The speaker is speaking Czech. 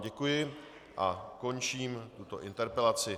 Děkuji vám a končím tuto interpelaci.